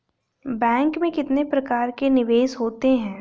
Bank में कितने प्रकार के निवेश होते हैं?